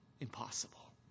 impossible